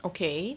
okay